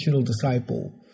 disciple